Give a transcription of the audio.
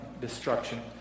destruction